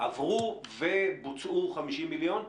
עברו ובוצעו 50 מיליון שקלים?